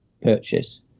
purchase